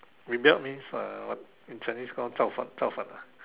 rebelled means uh what in Chinese called 造反造反 ah